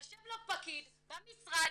יושב לו פקיד במשרד,